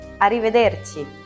Arrivederci